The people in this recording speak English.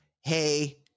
hey